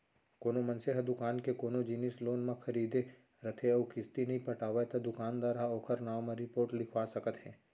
कोनो मनसे ह दुकान ले कोनो जिनिस लोन म खरीदे रथे अउ किस्ती नइ पटावय त दुकानदार ह ओखर नांव म रिपोट लिखवा सकत हे